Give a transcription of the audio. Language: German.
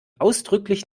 ausdrücklich